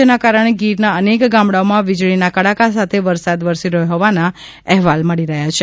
જેના કારણે ગીરના અનેક ગામડાઓમાં વીજળીના કડાકા સાથે વરસાદ વરસી રહ્યો હોવાના અહેવાલ મળી રહ્યા છે